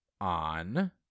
on